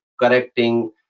correcting